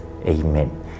Amen